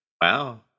Wow